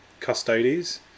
custodies